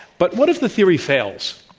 but what if the theory fails?